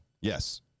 yes